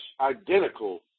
identical